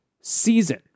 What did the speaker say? season